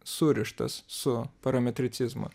surištas su parametricizmu